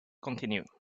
continue